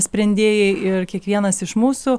sprendėjai ir kiekvienas iš mūsų